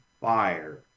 fire